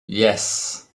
yes